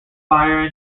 fire